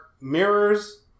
mirrors